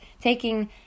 taking